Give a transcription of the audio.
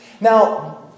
Now